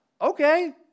Okay